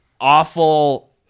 awful